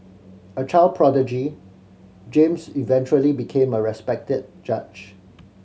a child prodigy James eventually became a respected judge